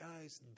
guys